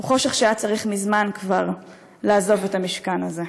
הוא חושך שהיה צריך מזמן כבר לעזוב את המשכן הזה.